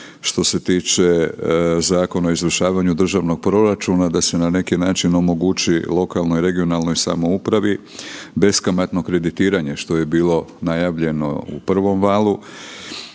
što se tiče Zakona o izvršavanju državnog proračuna, da se na neki način omogući lokalnoj i regionalnoj samoupravi beskamatno kreditiranje što je bilo najavljeno u prvom valu.